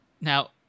now